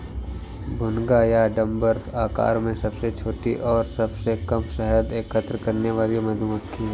भुनगा या डम्भर आकार में सबसे छोटी और सबसे कम शहद एकत्र करने वाली मधुमक्खी है